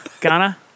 Ghana